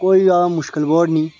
कोई ज्यादा मुश्कल वर्ड नेईं